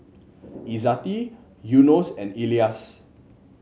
Izzati Yunos and Elyas